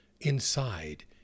Inside